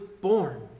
born